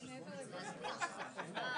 זאת אומרת, כבר יש עליו פיקוח, יש